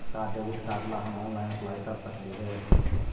का debit card ला हम ऑनलाइन अप्लाई कर सकली हे?